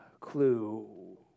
clue